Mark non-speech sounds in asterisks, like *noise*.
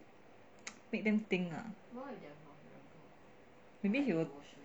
*noise* make them think lah maybe he will